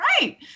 right